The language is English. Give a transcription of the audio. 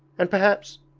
and perhaps.